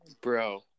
bro